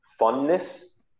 funness